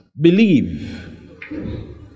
believe